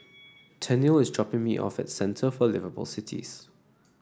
Tennille is dropping me off at Centre for Liveable Cities